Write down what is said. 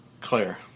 Claire